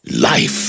Life